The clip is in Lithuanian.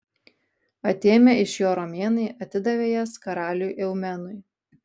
atėmę iš jo romėnai atidavė jas karaliui eumenui